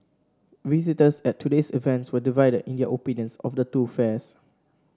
visitors at today's events were divided in their opinions of the two fairs